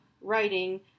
writing